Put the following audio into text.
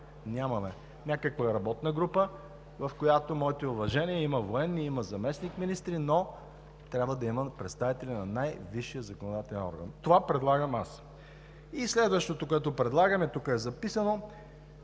Нямаме. Някаква работна група, в която – моите уважения – има военни, има заместник-министри, но трябва да има представители на най висшия законодателен орган. Това предлагам аз. Следващото, което предлагам, тук е записано